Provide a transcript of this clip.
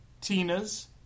Tina's